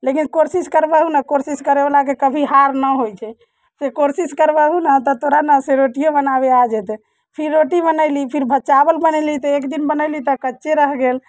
लेकिन कोशिश करबहुँ ने कोशिश कर बलाके कभी हार नहि होइत छै से कोशिश करबहुँ ने तऽ तोरा जे रोटीये बनाबै आबि जयतै फिर रोटी बनयली फिर चावल बनयली तऽ एक दिन बनयली तऽ कच्चे रहि गेल